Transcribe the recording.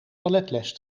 balletles